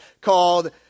called